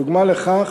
דוגמה לכך